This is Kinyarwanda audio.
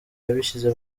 yabishyize